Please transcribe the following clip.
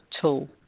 tool